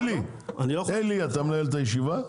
אלי, אתה מנהל את הישיבה?